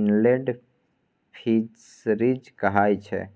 inland fisheries कहाय छै